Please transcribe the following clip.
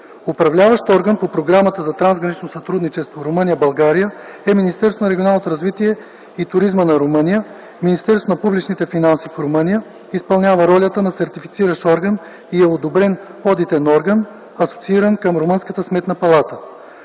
Управляващ орган по Програмата за трансгранично сътрудничество Румъния – България (2007-2013г.) е Министерството на регионалното развитие и туризма на Румъния. Министерството на публичните финанси в Румъния изпълнява ролята на Сертифициращ орган и е одобрен Одитен орган, асоцииран към Румънската сметна палата.